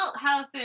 Houses